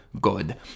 good